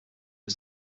was